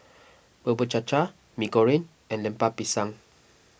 Bubur Cha Cha Mee Goreng and Lemper Pisang